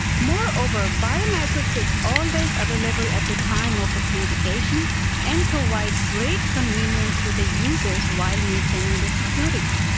moreover, biometrics is always available at the time of authentication and provides great convenience to the users while maintaining the security.